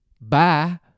Bye